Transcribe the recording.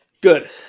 Good